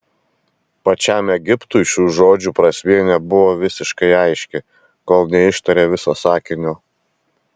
pačiam egiptui šių žodžių prasmė nebuvo visiškai aiški kol neištarė viso sakinio